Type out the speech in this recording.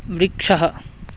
वृक्षः